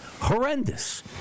horrendous